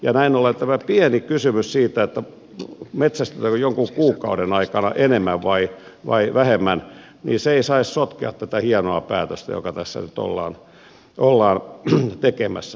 näin ollen tämä pieni kysymys siitä metsästetäänkö jonkun kuukauden aikana enemmän vai vähemmän ei saisi sotkea tätä hienoa päätöstä jota tässä nyt ollaan tekemässä